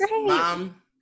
mom